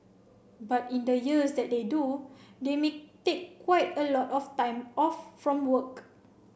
but in the years that they do they may take quite a lot of time off from work